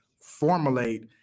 formulate